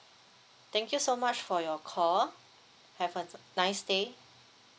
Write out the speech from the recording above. thank you so much for your call have a nice day